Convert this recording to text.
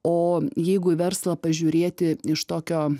o jeigu į verslą pažiūrėti iš tokio